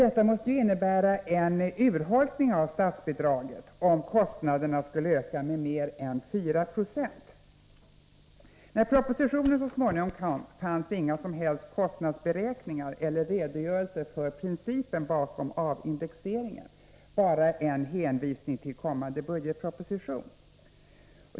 Detta måste ju innebära en urholkning av statsbidraget, om kostnaderna skulle öka med mer än 4 96. När propositionen så småningom kom fanns inga som helst kostnadsberäkningar eller redogörelser för principen bakom avindexeringen, bara en hänvisning till kommande budgetproposition.